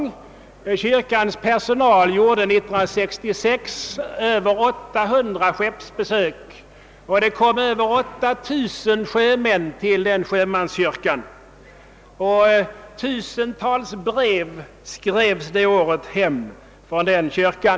År 1966 gjorde kyrkans personal över 800 skeppsbesök, och över 8000 sjömän besökte denna sjömanskyrka. Tusentals brev skrevs det året hem till Sverige från kyrkan.